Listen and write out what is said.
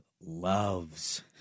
loves